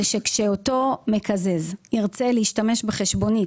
כאשר אותו מקזז ירצה להשתמש בחשבונית,